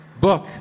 Book